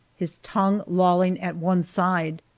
his tongue lolling at one side.